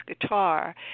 guitar